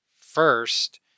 First